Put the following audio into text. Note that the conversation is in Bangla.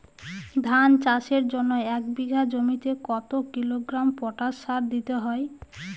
ধান চাষের জন্য এক বিঘা জমিতে কতো কিলোগ্রাম পটাশ সার দিতে হয়?